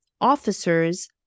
officers